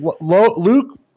Luke